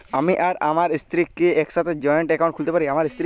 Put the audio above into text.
আমি আর আমার স্ত্রী কি একসাথে জয়েন্ট অ্যাকাউন্ট খুলতে পারি?